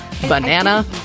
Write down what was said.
banana